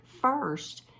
first